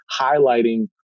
highlighting